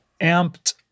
amped